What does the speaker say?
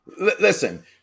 Listen